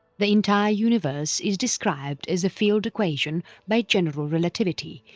the entire universe is described as a field equation by general relativity,